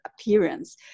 appearance